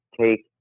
take